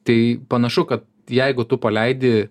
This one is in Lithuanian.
tai panašu kad jeigu tu paleidi